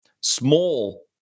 small